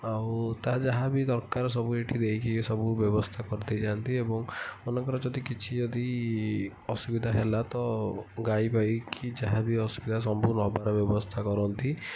ଆଉ ତା ଯାହା ବି ଦରକାର ସବୁ ଏଇଠି ଦେଇକି ସବୁ ବ୍ୟବସ୍ଥା କରିଦେଇ ଯାଆନ୍ତି ଏବଂ ମନେକର ଯଦି କିଛି ଯଦି ଅସୁବିଧା ହେଲା ତ ଗାଈ ବାଈ କି ଯାହା ବି ଅସୁବିଧା ସବୁ ନବାର ବ୍ୟବସ୍ଥା କରନ୍ତି